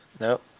nope